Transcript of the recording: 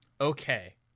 Okay